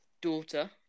daughter